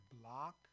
Block